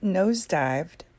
nosedived